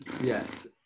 Yes